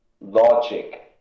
logic